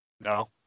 No